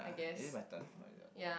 is it my turn or is it your turn